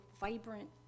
vibrant